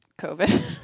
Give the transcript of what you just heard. COVID